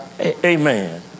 Amen